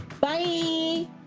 Bye